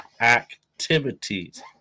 activities